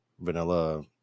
vanilla